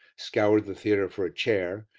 scoured the theatre for a chair,